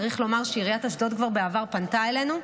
צריך לומר שעיריית אשדוד כבר פנתה אלינו בעבר,